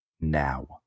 now